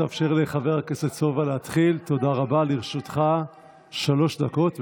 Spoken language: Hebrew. סובה, לרשותך שלוש דקות.